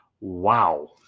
Wow